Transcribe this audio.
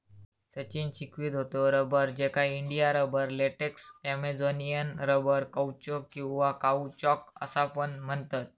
सचिन शिकवीत होतो रबर, ज्याका India rubber, latex, Amazonian rubber, कौचो किंवा काउचॉक असा पण म्हणतत